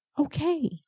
Okay